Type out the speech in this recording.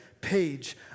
page